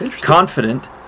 confident